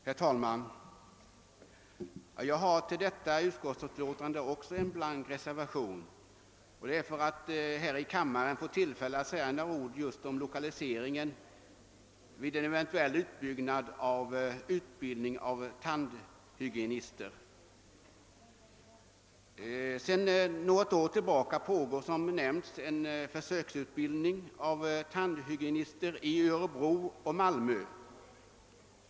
Herr talman! Också jag har vid förevarande utlåtande fogat en blank reservation för att i denna kammare få tillfälle att säga några ord om lokaliseringsfrågan i samband med en eventuell utbyggnad av utbildningen av tandhygienister. Sedan något år tillbaka pågår, såsom redan nämnts, en försöksutbildning av tandhygienister i Örebro och Malmö.